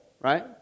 right